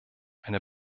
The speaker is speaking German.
eine